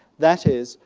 that is,